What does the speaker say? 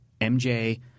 MJ